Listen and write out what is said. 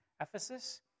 Ephesus